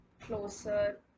Closer